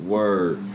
Word